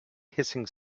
hissing